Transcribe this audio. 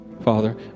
Father